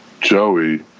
Joey